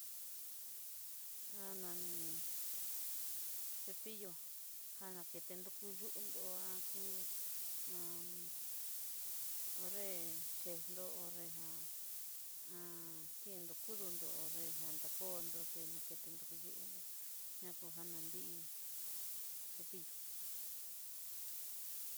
Ha nani cepillo ja nakenró tu yunró, a ku ho'nré yendó ho'nré ja ndo kudunró ho'nré já nakondoté naketenró yunró ñakojana nrí cepillo.